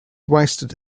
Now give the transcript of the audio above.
wasted